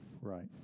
Right